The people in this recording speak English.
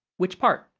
which part?